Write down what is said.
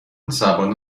زبان